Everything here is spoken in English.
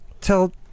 tell